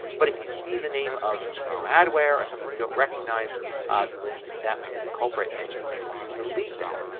but if you see the name of some adware or something you don't recognize then that may be the culprit and you may want to delete that.